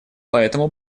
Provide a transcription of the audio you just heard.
поэтому